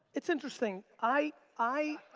it's interesting. i, i